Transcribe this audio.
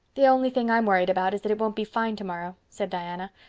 the only thing i'm worried about is that it won't be fine tomorrow, said diana.